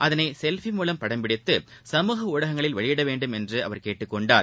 அதனை செல்பி மூலம் படம் பிடித்து கமுக ஊடகங்களில் வெளியிட வேண்டுமென்று அவர் கேட்டுக் கொண்டார்